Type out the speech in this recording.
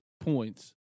points